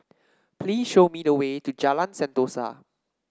please show me the way to Jalan Sentosa